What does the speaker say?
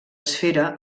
esfera